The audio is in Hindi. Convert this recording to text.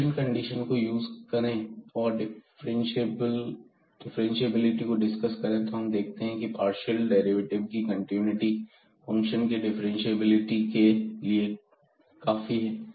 सफिशिएंट कंडीशन को यूज करें और डिफ्रेंशिएबि को डिस्कस करें तो हम देखते हैं की एक पार्शियल डेरिवेटिव की कंटिन्यूटी फंक्शन की डिफरेंटशिएबिलिटी ility के लिए काफी है